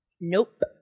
Nope